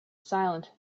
silent